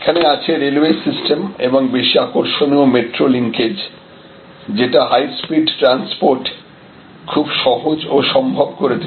এখানে আছে railway system এবং বেশি আকর্ষণীয় মেট্রো লিংকেজ যেটা হাইস্পিড ট্রান্সপোর্ট খুব সহজ ও সম্ভব করে তুলেছে